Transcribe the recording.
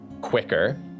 quicker